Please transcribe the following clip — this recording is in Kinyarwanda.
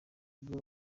rivuga